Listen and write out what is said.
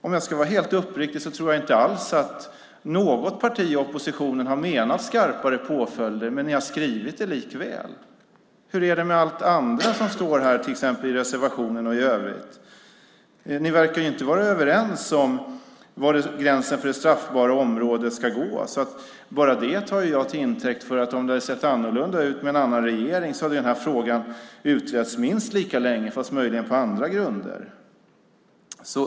Om jag ska vara helt uppriktig tror jag inte alls att något parti i oppositionen har menat skarpare påföljder, men ni har likväl skrivit det. Hur är det med allt det andra som står i reservationen och i övrigt? Ni verkar inte vara överens om var gränsen för det straffbara området ska gå. Jag tar det till intäkt för att om det hade sett annorlunda ut med en annan regering hade den här frågan utretts minst lika länge men möjligen på andra grunder.